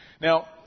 Now